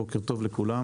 בוקר טוב לכולם.